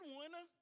one